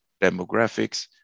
demographics